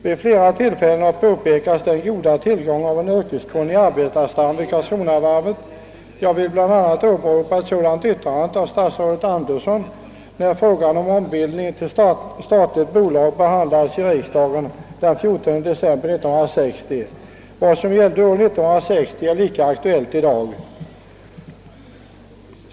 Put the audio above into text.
Vid flera tillfällen har den goda tillgången på yrkeskunnigt folk vid Karlskronavarvet poängterats. Jag vill bl.a. åberopa ett sådant yttrande som statsrådet Andersson gjorde när frågan om ombildning till statligt bolag behandlades i riksdagen den 14 december 1960. Vad som gällde år 1960 är lika aktuellt i dag.